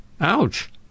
Ouch